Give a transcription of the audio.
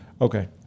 Okay